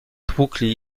tłukli